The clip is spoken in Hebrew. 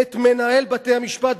את מנהל בתי-המשפט,